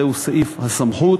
סעיף הסמכות,